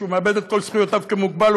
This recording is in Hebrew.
הוא מאבד את כל זכויותיו כמוגבל.